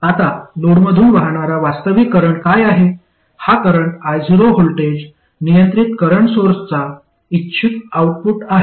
आता लोडमधून वाहणारा वास्तविक करंट काय आहे हा करंट io व्होल्टेज नियंत्रित करंट सोर्सचा इच्छित आउटपुट आहे